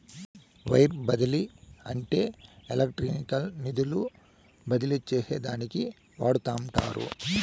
wire బదిలీ అంటే ఎలక్ట్రానిక్గా నిధులు బదిలీ చేసేదానికి వాడతండారు